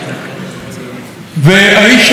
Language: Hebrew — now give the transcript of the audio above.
האיש עבר תהליך גדול מאוד.